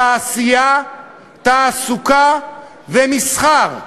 תעשייה, תעסוקה ומסחר.